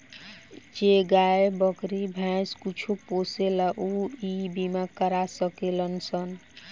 जे गाय, बकरी, भैंस कुछो पोसेला ऊ इ बीमा करा सकेलन सन